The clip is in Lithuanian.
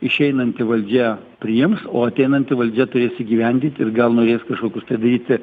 išeinanti valdžia priims o ateinanti valdžia turės įgyvendint ir gal norės kažkokius tai daryti